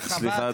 סליחה,